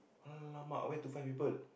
!alamak! where to find people